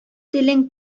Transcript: телен